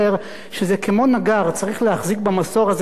צריך להחזיק במסור הזה חזק אבל חלש.